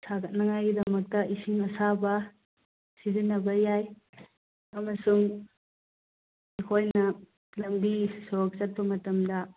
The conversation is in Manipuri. ꯁꯥꯒꯠꯅꯤꯉꯥꯏꯒꯤꯗꯃꯛꯇ ꯏꯁꯤꯡ ꯑꯁꯥꯕ ꯁꯤꯖꯤꯟꯅꯕ ꯌꯥꯏ ꯑꯃꯁꯨꯡ ꯑꯩꯈꯣꯏꯅ ꯂꯝꯕꯤ ꯁꯣꯔꯣꯛ ꯆꯠꯄ ꯃꯇꯝꯗ